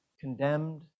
condemned